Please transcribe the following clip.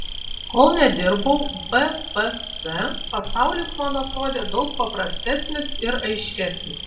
kol nedirbau bpc pasaulis man atrodė daug paprastesnis ir aiškesnis